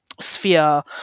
sphere